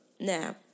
Now